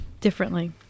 differently